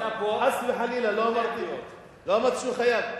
חס וחלילה, לא אמרתי שהוא חייב.